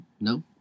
No